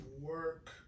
work